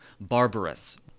barbarous